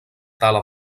tala